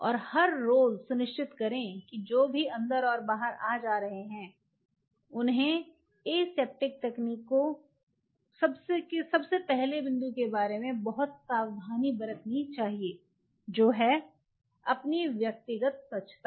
और हर रोज़ सुनिश्चित करें कि जो भी अंदर और बाहर आ जा रहे है उन्हें एसेप्टिक तकनीकों सबसे पहले बिंदु के बारे में बहुत सावधानी बरतनी चाहिए जो है अपनी व्यक्तिगत स्वच्छता